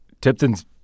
Tipton's